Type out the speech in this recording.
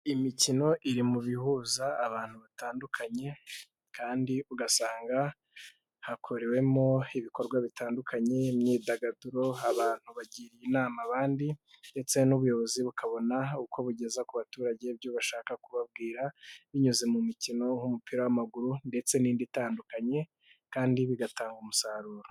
Imikino iri mu bihuza abantu batandukanye kandi ugasanga hakorewemo ibikorwa bitandukanye, imyidagaduro abantu bagira inama abandi, ndetse n'ubuyobozi bukabona uko bugeza ku baturage ibyo bashaka kubabwira, binyuze mu mikino nk'umupira w'amaguru ndetse n'indi itandukanye kandi bigatanga umusaruro.